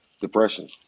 depression